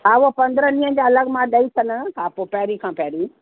हा उहो पंद्रहं ॾींहनि जा अलॻि मां ॾई छॾंदमि हा पोइ पहिरीं खां पहिरीं